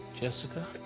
Jessica